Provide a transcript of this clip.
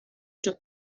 took